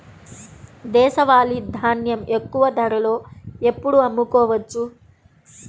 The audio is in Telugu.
దేశవాలి ధాన్యం ఎక్కువ ధరలో ఎప్పుడు అమ్ముకోవచ్చు?